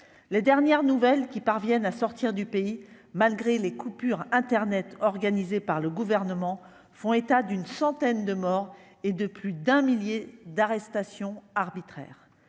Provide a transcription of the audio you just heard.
les dernières nouvelles qui parviennent à sortir du pays malgré les coupures internet organisée par le gouvernement font état d'une centaine de morts et de plus d'un millier d'arrestations arbitraires,